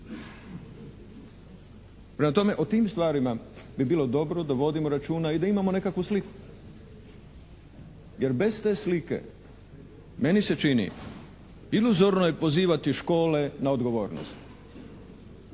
Prema tome, o tim stvarima bi bilo dobro da vodimo računa i da imamo nekakvu sliku. Jer bez te slike meni se čini, iluznorno je pozivati škole na odgovornost.